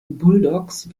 bulldogs